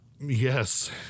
yes